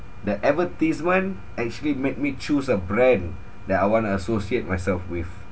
the advertisement actually make me choose a brand that I want to associate myself with